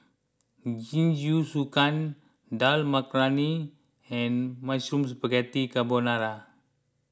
Jingisukan Dal Makhani and Mushroom Spaghetti Carbonara